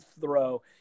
throw